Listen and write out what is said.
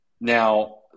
Now